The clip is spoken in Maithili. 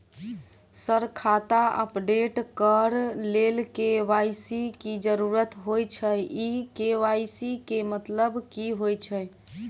सर खाता अपडेट करऽ लेल के.वाई.सी की जरुरत होइ छैय इ के.वाई.सी केँ मतलब की होइ छैय?